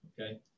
Okay